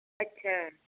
ਅੱਛਾ